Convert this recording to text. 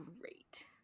great